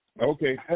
Okay